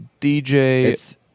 DJ